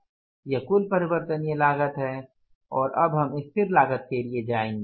यह कुल परिवर्तनीय लागत है और अब हम स्थिर लागत के लिए जाएंगे